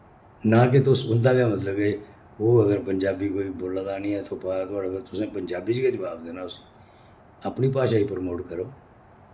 ना कि तुस उंदा गै मतलब के ओह् अगर पंजाबी कोई बोल्ला दा नि ऐ थोपा दा थुआढ़े उप्पर तुसैं पंजाबी च गै जुआब देना उसी अपनी भाशा गी प्रमोट करो